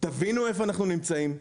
תבינו איפה אנחנו נמצאים,